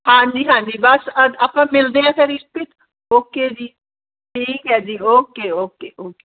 ਹਾਂਜੀ ਹਾਂਜੀ ਬਸ ਆਪਾਂ ਮਿਲਦੇ ਹਾਂ ਫਿਰ ਇਸ਼ਪ੍ਰੀਤ ਓਕੇ ਜੀ ਠੀਕ ਹੈ ਜੀ ਓਕੇ ਓਕੇ ਓਕੇ